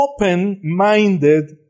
Open-minded